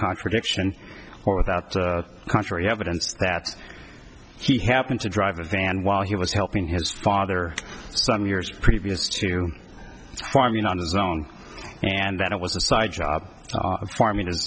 contradiction or without contrary evidence that he happened to drive a van while he was helping his father some years previous to farming on his own and that it was a side job of farming